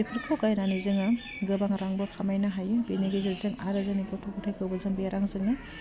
बेफोरखौ गायनानै जोङो गोबां रांबो खामायनो हायो बिनि गेजेरजों आरो जोंनि गथ' गथायखौबो जों बे रांजोंनो